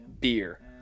beer